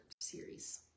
series